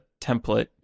template